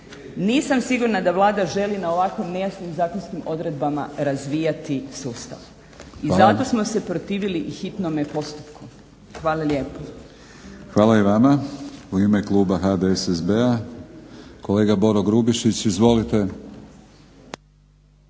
Nisam sigurna da Vlada želi na ovakvom nejasnim zakonskim odredbama razvijati sustav. I zato smo se protivili hitnome postupku. Hvala lijepo. **Batinić, Milorad (HNS)** Hvala i vama. U ime kluba HDSSB-a kolega Boro Grubišić. Izvolite.